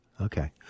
okay